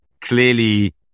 clearly